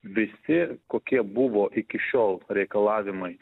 visi kokie buvo iki šiol reikalavimai